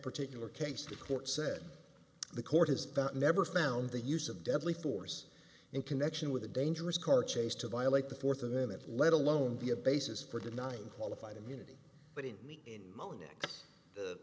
particular case the court said the court is that never found the use of deadly force in connection with a dangerous car chase to violate the fourth amendment let alone be a basis for denying qualified immunity but in me in